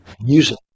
music